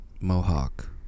mohawk